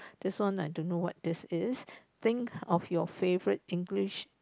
this one I don't know what this is think of your favorite English